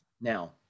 Now